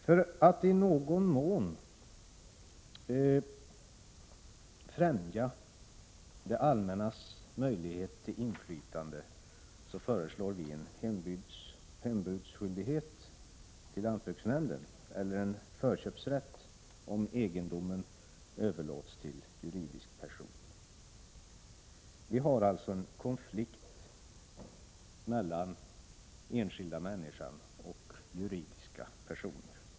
För att i någon mån främja det allmännas möjlighet till inflytande föreslår vi en hembudsskyldighet till lantbruksnämnden, eller en förköpsrätt om jordegendomen överlåts till juridisk person. Vi ser en konflikt mellan den enskilda människan och den juridiska personen.